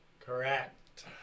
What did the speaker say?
Correct